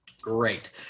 Great